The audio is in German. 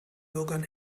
bürgern